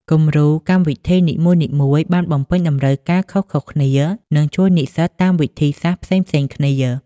គំរូកម្មវិធីនីមួយៗបានបំពេញតម្រូវការខុសគ្នា និងជួយនិស្សិតតាមវិធីសាស្ត្រផ្សេងៗគ្នា។